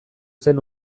zen